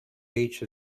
beach